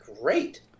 Great